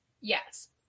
Yes